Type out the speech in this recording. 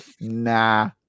nah